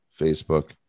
Facebook